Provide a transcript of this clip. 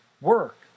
work